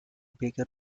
bigger